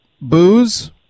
booze